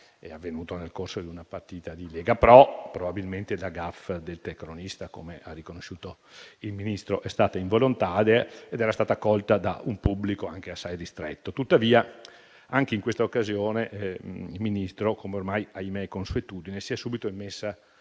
avvenuto nel corso di una partita di Lega Pro. Probabilmente la *gaffe* del telecronista, come ha riconosciuto il Ministro, è stata involontaria ed è stata colta da un pubblico anche assai ristretto. Tuttavia, anche in questa occasione, signor Ministro, come è ormai - ahimè - consuetudine, si è subito messa